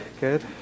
Good